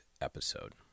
episode